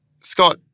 Scott